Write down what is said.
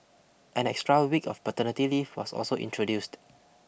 an extra week of paternity leave was also introduced